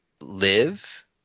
live